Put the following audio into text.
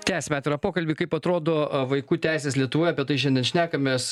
tęsime atvirą pokalbį kaip atrodo vaikų teisės lietuvoje apie tai šiandien šnekamės